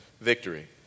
victory